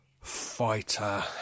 fighter